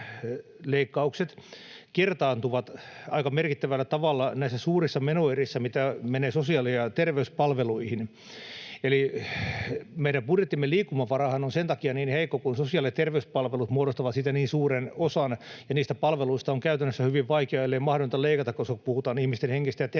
leikkaukset kertaantuvat aika merkittävällä tavalla näissä suurissa menoerissä, mitä menee sosiaali- ja terveyspalveluihin. Eli meidän budjettimme liikkumavarahan on sen takia niin heikko, kun sosiaali- ja terveyspalvelut muodostavat siitä niin suuren osan, ja niistä palveluista on käytännössä hyvin vaikea, ellei mahdotonta, leikata, koska puhutaan ihmisten hengestä ja